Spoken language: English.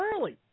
early